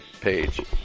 page